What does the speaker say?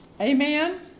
Amen